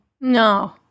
No